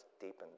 deepened